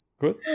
good